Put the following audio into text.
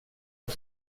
att